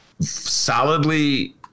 solidly